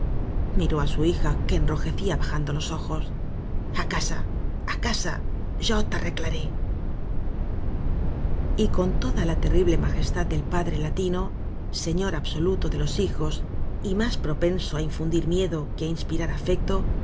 miró á su hija que enrojecía bajando los ojos a casa á casa yo f arreglaré y con toda la terrible majestad del padre latino señor absoluto de los hijos y más propenso á in fundir miedo que á inspirar afecto